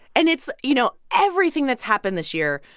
and it's you know, everything that's happened this year,